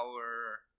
power